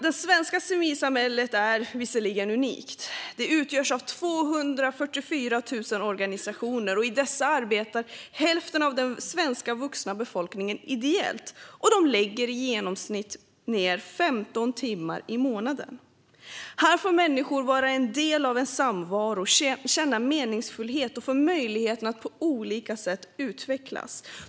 Det svenska civilsamhället är dock unikt. Det utgörs av 244 000 organisationer. I dessa arbetar hälften av den svenska vuxna befolkningen ideellt, och de lägger i genomsnitt ned 15 timmar i månaden. Här får människor vara en del av en samvaro, känna meningsfullhet och få möjligheten att på olika sätt utvecklas.